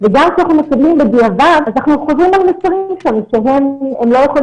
וגם כשאנחנו מקבלים בדיעבד אז אנחנו חוזרים ומזכירים שהם לא יכולים